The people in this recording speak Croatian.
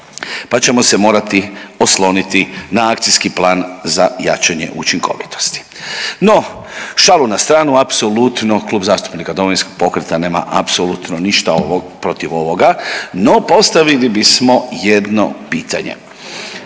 pa ćemo se morati osloniti na akcijski plan za jačanje učinkovitosti. No šalu na stranu, apsolutno Klub zastupnika Domovinskog pokreta nema ništa protiv ovoga, no postavili bismo jedno pitanje.